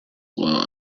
while